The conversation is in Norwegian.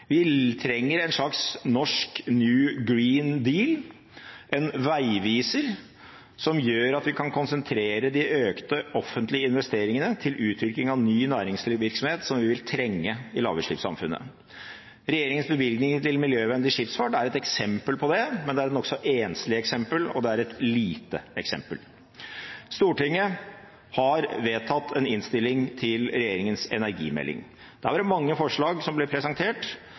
Vi trenger en slags norsk «new green deal» – en veiviser som gjør at vi kan konsentrere de økte offentlige investeringene om utvikling av ny næringsvirksomhet som vi vil trenge i lavutslippssamfunnet. Regjeringens bevilgninger til miljøvennlig skipsfart er et eksempel på det, men det er et nokså enslig eksempel, og det er et lite eksempel. Stortinget har vedtatt en innstilling til regjeringens energimelding. Der ble det presentert mange forslag som